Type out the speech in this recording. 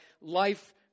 life